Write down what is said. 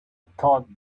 thought